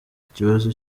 ikibazo